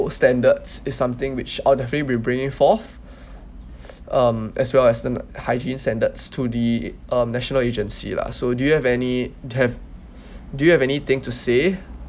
standards is something which orh definitely we will bringing forth um as well as the hygiene standards to the um national agency lah so do you have any to have do you have anything to say